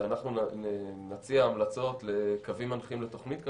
נציע המלצות לקווים מנחים לתוכנית כזאת,